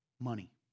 Money